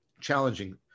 challenging